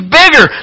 bigger